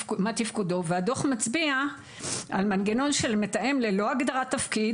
והדוח מצביע על מנגנון של מתאם ללא הגדרת תפקיד,